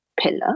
pillar